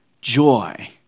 joy